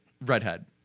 redhead